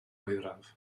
oeraf